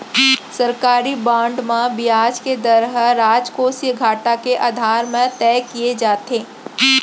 सरकारी बांड म बियाज के दर ह राजकोसीय घाटा के आधार म तय किये जाथे